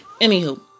Anywho